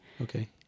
okay